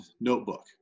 notebook